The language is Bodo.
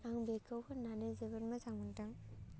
आं बेखौ फोन्नानै जोबोद मोजां मोन्दों